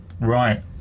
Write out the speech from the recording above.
Right